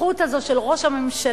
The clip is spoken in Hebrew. הזחיחות הזאת של ראש הממשלה,